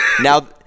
Now